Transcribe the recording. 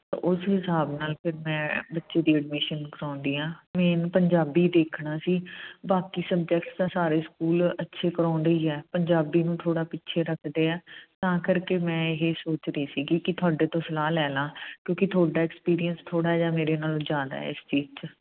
ਉਸ ਹਿਸਾਬ ਨਾਲ ਫਿਰ ਮੈਂ ਬੱਚੇ ਦੀ ਐਡਮਿਸ਼ਨ ਕਰਾਉਂਦੀ ਹਾਂ ਮੇਨ ਪੰਜਾਬੀ ਦੇਖਣਾ ਸੀ ਬਾਕੀ ਸਬਜੈਕਟਸ ਤਾਂ ਸਾਰੇ ਸਕੂਲ ਅੱਛੇ ਕਰਾਉਂਦੇ ਹੀ ਆ ਪੰਜਾਬੀ ਨੂੰ ਥੋੜ੍ਹਾ ਪਿੱਛੇ ਰੱਖਦੇ ਆ ਤਾਂ ਕਰਕੇ ਮੈਂ ਇਹ ਸੋਚ ਰਹੀ ਸੀਗੀ ਕਿ ਤੁਹਾਡੇ ਤੋਂ ਸਲਾਹ ਲੈ ਲਵਾਂ ਕਿਉਂਕਿ ਤੁਹਾਡਾ ਐਕਸਪੀਰੀਅੰਸ ਥੋੜ੍ਹਾ ਜਿਹਾ ਮੇਰੇ ਨਾਲੋਂ ਜ਼ਿਆਦਾ ਏ ਇਸ ਚੀਜ਼ 'ਚ